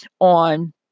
on